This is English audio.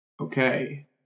okay